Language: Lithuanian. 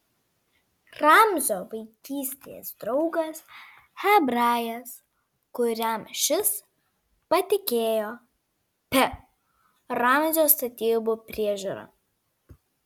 ramzio vaikystės draugas hebrajas kuriam šis patikėjo pi ramzio statybų priežiūrą